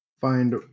Find